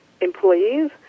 employees